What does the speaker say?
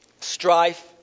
strife